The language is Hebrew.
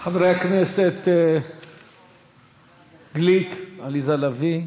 העסקים, חברי הכנסת גליק, עליזה לביא,